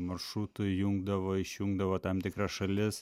maršrutų įjungdavo išjungdavo tam tikras šalis